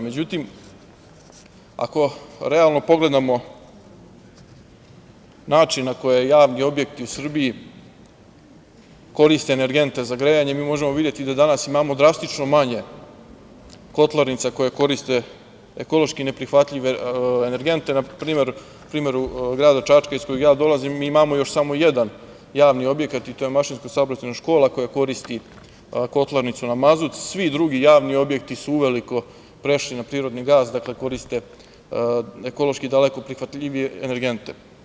Međutim, ako realno pogledamo način na koje javni objekti u Srbiji koriste energente za grejanje, mi možemo videti da imamo drastično manje kotlarnica koje koriste ekološki neprihvatljive energente, na primer grad Čačak iz kojeg ja dolazim, mi imamo još samo jedan i to je javni objekat, Mašinsko saobraćajna škola, koja koristi kotlarnicu na mazut, svi drugi javni objekti su uveliko prešli na prirodni gas i koriste ekološki daleko prihvatljivije energente.